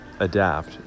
adapt